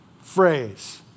phrase